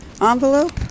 envelope